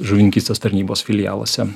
žuvininkystės tarnybos filialuose